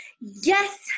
yes